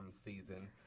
season